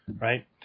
right